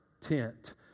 tent